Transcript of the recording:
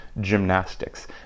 gymnastics